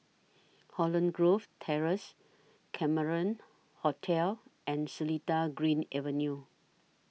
Holland Grove Terrace Cameron Hotel and Seletar Green Avenue